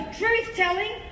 truth-telling